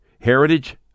Heritage